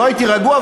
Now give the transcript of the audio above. לא הייתי רגוע,